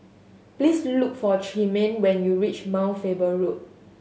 please look for Tremaine when you reach Mount Faber Road